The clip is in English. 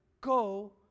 go